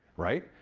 right?